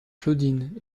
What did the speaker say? claudine